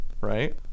Right